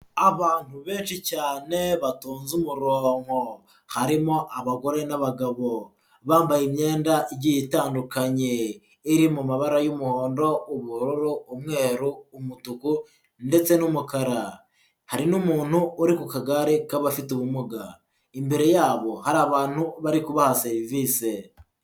Abantu benshi cyane batonze umuronko, harimo abagore n'abagabo, bambaye imyenda igiye itandukanye iri mu mabara y'umuhondo, ubururu, umweru, umutuku ndetse n'umukara. Hari n'umuntu uri ku kagare k'abafite ubumuga, imbere yabo hari abantu bari kubaha serivise.